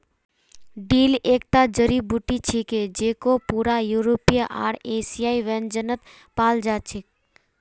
dill एकता जड़ी बूटी छिके जेको पूरा यूरोपीय आर एशियाई व्यंजनत पाल जा छेक